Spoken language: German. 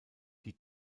die